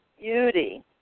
beauty